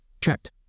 checked